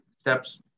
steps